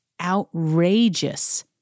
outrageous